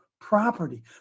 property